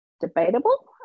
debatable